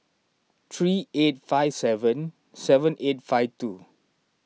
three eight five seven seven eight five two